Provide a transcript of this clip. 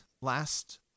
last